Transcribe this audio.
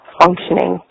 functioning